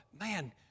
Man